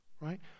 right